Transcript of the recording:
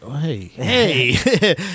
Hey